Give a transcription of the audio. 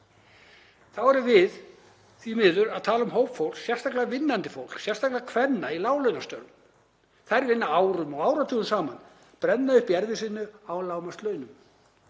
Þá erum við því miður að tala um hóp fólks, sérstaklega vinnandi fólks, sérstaklega kvenna í láglaunastörfum — þær vinna árum og áratugum saman, brenna upp í erfiðisvinnu á lágmarkslaunum.